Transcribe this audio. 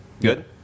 Good